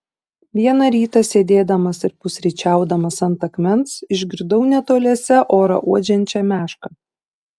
vieną rytą sėdėdamas ir pusryčiaudamas ant akmens išgirdau netoliese orą uodžiančią mešką